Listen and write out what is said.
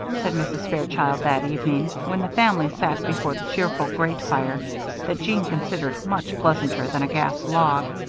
said mrs. fairchild, that evening, when the family sat before the cheerful grate fire that jeanne considered much pleasanter than a gas log.